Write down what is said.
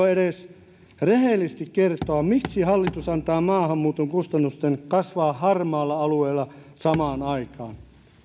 edes rehellisesti kertoa miksi hallitus antaa maahanmuuton kustannusten kasvaa harmaalla alueella samaan aikaan